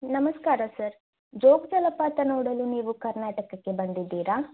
ನಮಸ್ಕಾರ ಸರ್ ಜೋಗ ಜಲಪಾತ ನೋಡಲು ನೀವು ಕರ್ನಾಟಕಕ್ಕೆ ಬಂದಿದ್ದೀರಾ